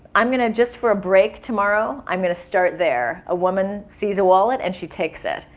i'm gonna just for a break tomorrow, i'm gonna start there. a woman sees a wallet and she takes it.